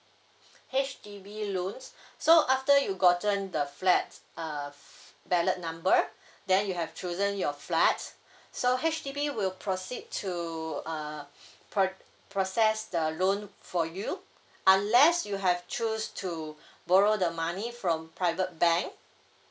H_D_B loans so after you gotten the flat uh ballot number then you have chosen your flat so H_D_B will proceed to uh pro~ process the loan for you unless you have choose to borrow the money from private bank